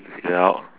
to say that out